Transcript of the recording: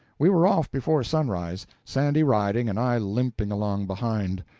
we were off before sunrise, sandy riding and i limping along behind.